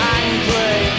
angry